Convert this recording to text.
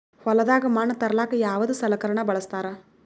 ಹೊಲದಾಗ ಮಣ್ ತರಲಾಕ ಯಾವದ ಸಲಕರಣ ಬಳಸತಾರ?